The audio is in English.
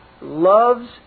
loves